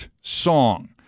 song